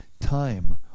time